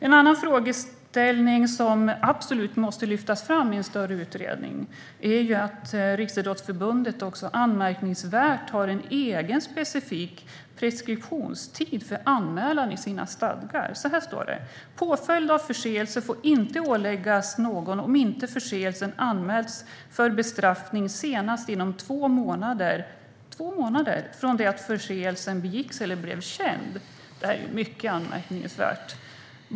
En annan fråga som absolut måste lyftas fram i en större utredning är att Riksidrottsförbundet anmärkningsvärt nog har en egen, specifik preskriptionstid för anmälan i sina stadgar. Så här står det: "Påföljd för förseelse får inte åläggas någon, om inte förseelsen anmälts för bestraffning senast inom två månader från det förseelsen begicks eller blev känd." Två månader! Det här är mycket anmärkningsvärt.